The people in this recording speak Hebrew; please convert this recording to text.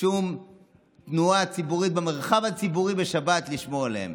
שום תנועה ציבורית במרחב הציבורי בשבת לשמור עליהם.